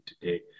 today